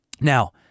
Now